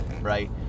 right